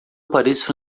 pareço